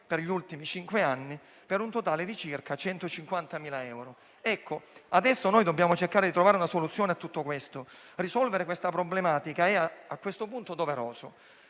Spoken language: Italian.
per gli ultimi cinque anni, per un totale di circa 150.000 euro. Adesso dobbiamo cercare di trovare una soluzione a tutto questo: risolvere questa problematica a questo punto è doveroso.